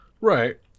Right